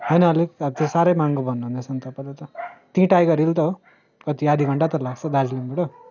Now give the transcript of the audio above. होइन अलिक त्यो साह्रै महँगो भन्नु हुँदैछ नि तपाईँले च त्यहीँ टाइगर हिल त हो कति आधा घन्टा त लाग्छ दार्जिलिङबाट